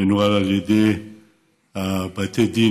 מנוהל על ידי בתי הדין,